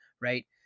right